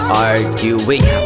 arguing